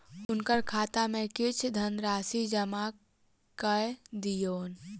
हुनकर खाता में किछ धनराशि जमा कय दियौन